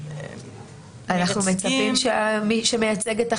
אנחנו מצפים שמי שמייצג את החייב,